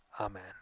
Amen